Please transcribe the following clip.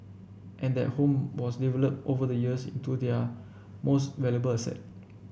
and that home was developed over the years into their most valuable asset